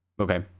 Okay